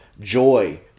joy